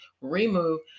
remove